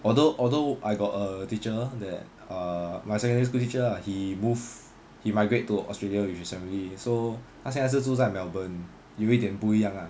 although although I got a teacher that err my secondary school teacher lah he moved he migrate to australia with his family so 他现在还是住在 melbourne 有一点不一样啊